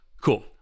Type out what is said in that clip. Cool